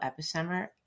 epicenter